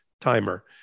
timer